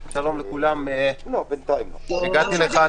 הגעתי לכאן,